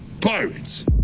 Pirates